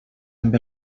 amb